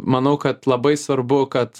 manau kad labai svarbu kad